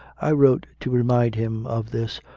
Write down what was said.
i wrote to remind him of this,